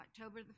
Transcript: October